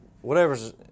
whatever's